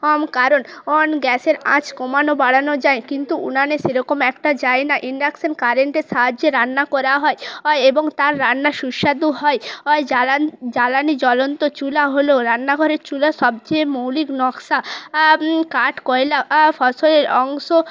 কম কারণ অন গ্যাসের আঁচ কমানো বাড়ানো যায় কিন্তু উনানে সেরকম একটা যায় না ইন্ডাকশান কারেন্টের সাহায্যে রান্না করা হয় ওয় এবং তার রান্না সুস্বাদু হয় ওয় জ্বালানি জ্বলন্ত চুলা হলো রান্নাঘরের চুলা সবচেয়ে মৌলিক নকশা কাঠ কয়লা ফসলের অংশ